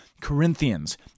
Corinthians